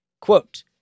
Quote